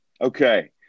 Okay